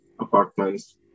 apartments